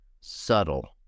subtle